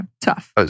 tough